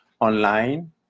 online